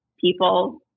people